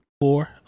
Four